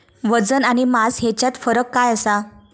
वजन आणि मास हेच्यात फरक काय आसा?